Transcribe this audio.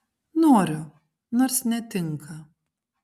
noriu nors netinka